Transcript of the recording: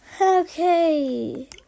Okay